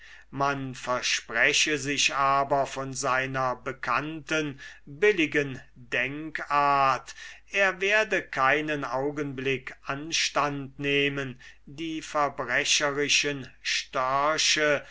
man verspreche sich aber von seiner bekannten billigen denkart daß er keinen augenblick anstand nehmen werde die verbrecherischen störche